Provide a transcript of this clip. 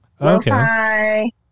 Okay